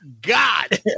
God